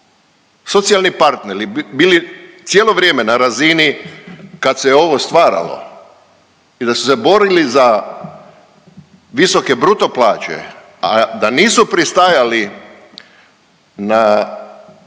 socijalni partneri bili cijelo vrijeme na razini kad se ovo stvaralo i da su se borili za visoke bruto plaće, a da nisu pristajali na